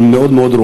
הן מאוד רעועות.